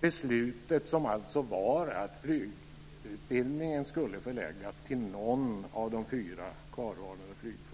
beslutet som alltså var att flygutbildningen skulle förläggas till någon av de fyra kvarvarande flygflottiljerna.